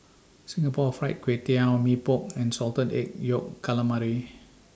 Singapore Fried Kway Tiao Mee Pok and Salted Egg Yolk Calamari